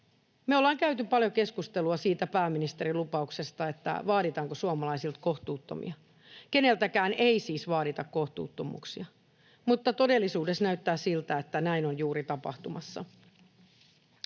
Me ollaan käyty paljon keskustelua pääministerin lupauksesta siitä, vaaditaanko suomalaisilta kohtuuttomia, että keneltäkään ei siis vaadita kohtuuttomuuksia. Mutta todellisuudessa näyttää siltä, että näin on juuri tapahtumassa.